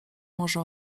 może